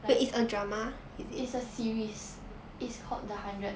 is a series is called the hundred